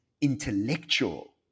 intellectual